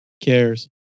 cares